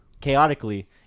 chaotically